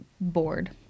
bored